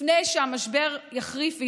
לפני שהמשבר יחריף ויעמיק.